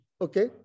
Okay